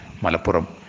malapuram